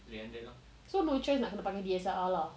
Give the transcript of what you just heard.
so no choice nak kena pakai D_S_L_R lah